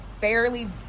fairly